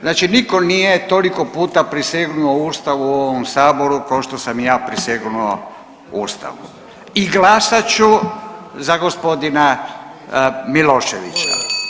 Znači nitko nije toliko puta prisegnuo Ustavu u ovom saboru kao što sam ja prisegnuo Ustavu i glasat ću za gospodina Miloševića.